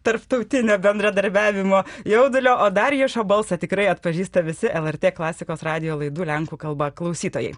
tarptautinio bendradarbiavimo jaudulio o darijušo balsą tikrai atpažįsta visi lrt klasikos radijo laidų lenkų kalba klausytojai